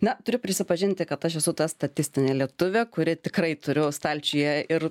na turiu prisipažinti kad aš esu ta statistinė lietuvė kuri tikrai turiu stalčiuje ir